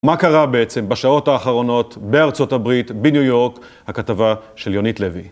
מה קרה בעצם בשעות האחרונות בארצות הברית, בניו יורק, הכתבה של יונית לוי.